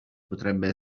potrebbe